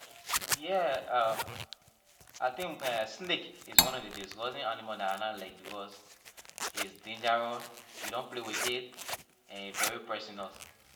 Yeah uh I think snake is one of the disgusting animal that I na like because is dangerous you don't play with it and it very poisonous